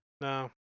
No